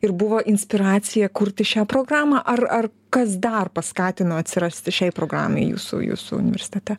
ir buvo inspiracija kurti šią programą ar ar kas dar paskatino atsirasti šiai programai jūsų jūsų universitete